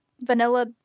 vanilla